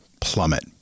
plummet